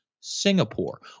Singapore